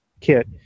Kit